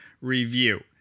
review